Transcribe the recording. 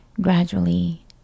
Gradually